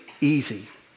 easy